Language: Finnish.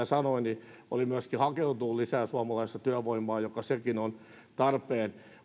sanoi on myöskin hakeutunut lisää suomalaista työvoimaa mikä sekin on tarpeen